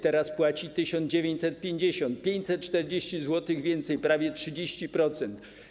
Teraz płaci 1950 zł, 540 zł więcej, prawie 30%.